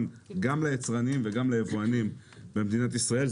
גם ליצרנים וגם ליבואנים במדינת ישראל,